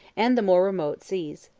and the more remote, seas.